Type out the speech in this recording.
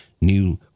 new